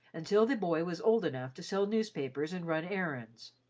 until the boy was old enough to sell newspapers and run errands.